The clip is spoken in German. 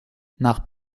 nach